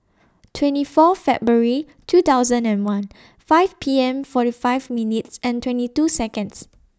twenty four February two thousand and one five P M forty five minutes and twenty two Seconds